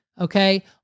Okay